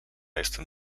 jestem